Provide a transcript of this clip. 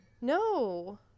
No